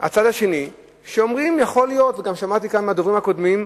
הצד השני, אומרים, וגם שמעתי כאן מדוברים אחרים,